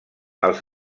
els